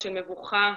מבוכה,